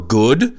good